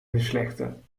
beslechten